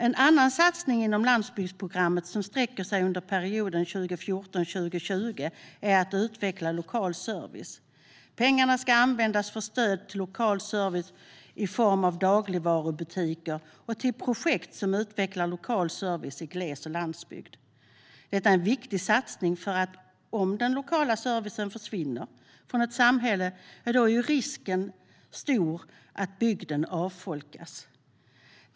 En annan satsning inom landsbygdsprogrammet som sträcker sig under perioden 2014-2020 är att utveckla lokal service. Pengarna ska användas för stöd till lokal service i form av dagligvarubutiker och till projekt som utvecklar lokal service i gles och landsbygd. Detta är en viktig satsning, för om den lokala servicen försvinner från ett samhälle är risken stor att bygden avfolkas.